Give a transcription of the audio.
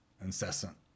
incessant